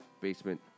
Basement